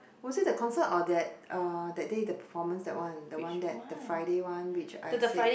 was it the concert or that uh that day the performance that one the one that the Friday one which I said